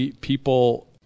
people